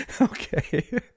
Okay